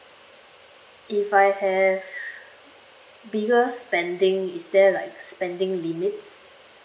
if I have biggest spending is there like spending limits